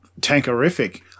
tankerific